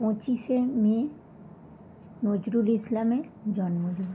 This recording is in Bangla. পঁচিশে মে নজরুল ইসলামের জন্মদিন